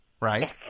right